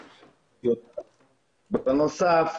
בנוסף,